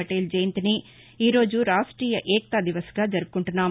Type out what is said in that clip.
వటేల్ జయంతిని ఈ రోజు రాష్టీయ ఏక్తా దివన్ గా జరువుకుంటున్నారు